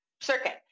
circuit